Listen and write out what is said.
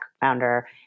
founder